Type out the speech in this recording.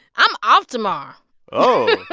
i'm off tomorrow oh.